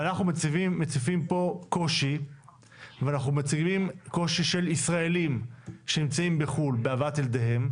ואנחנו מציפים פה קושי של ישראלים שנמצאים בחו"ל בהבאתם ילדיהם.